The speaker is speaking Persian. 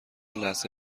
لحظه